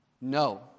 No